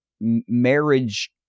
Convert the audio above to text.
marriage